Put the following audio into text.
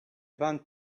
went